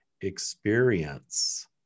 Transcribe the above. experience